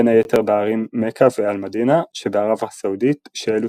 בין היתר בערים מכה ואל מדינה שבערב הסעודית שאלו